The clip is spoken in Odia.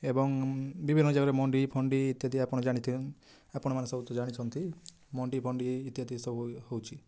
ଏବଂ ବିଭିନ୍ନ ଜାଗାରେ ମଣ୍ଡି ଫଣ୍ଡି ଇତ୍ୟାଦି ଆପଣ ଜାଣିଥିବେ ଆପଣମାନେ ସବୁ ତ ଜାଣିଛନ୍ତି ମଣ୍ଡି ଫଣ୍ଡି ଇତ୍ୟାଦି ସବୁ ହଉଛି